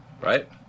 Right